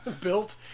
built